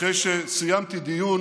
אחרי שסיימתי דיון